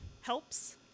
helps